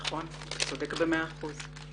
נכון, צודק במאה אחוז.